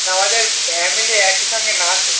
না আমাদের ফ্যামিলি একই সঙ্গে না তো